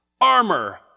armor